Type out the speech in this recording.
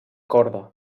corda